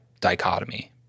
dichotomy